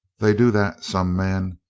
they do that, some men.